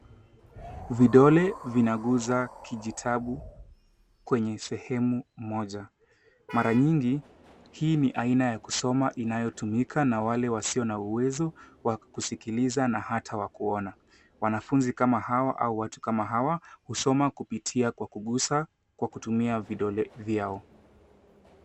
Vidole vinaguza kijitabu kwenye sehemu moja. Mara nyingi hii ni aina ya kusoma inayotumika na wale wasio na uwezo wa kuskiliza na hata wa kuona. Wanafunzi kama hawa au watu kama hawa husoma kupitia kwa kugusa kwa kutumia vidole vyao.